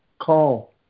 call